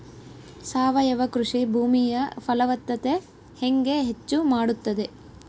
ಸಾವಯವ ಕೃಷಿ ಭೂಮಿಯ ಫಲವತ್ತತೆ ಹೆಂಗೆ ಹೆಚ್ಚು ಮಾಡುತ್ತದೆ?